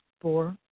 Four